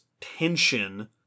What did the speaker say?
tension